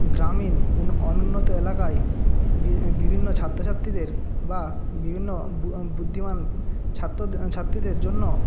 গ্রামীণ অনুন্নত এলাকায় বিভিন্ন ছাত্র ছাত্রীদের বা বিভিন্ন বুদ্ধিমান ছাত্র ছাত্রীদের জন্য